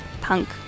punk